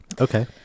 Okay